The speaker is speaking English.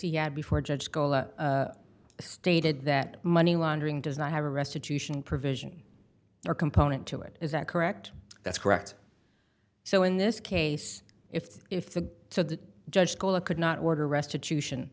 he had before judge gola stated that money laundering does not have a restitution provision or component to it is that correct that's correct so in this case if if the so the judge called it could not order restitution